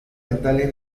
dentales